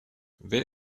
wer